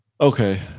Okay